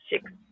six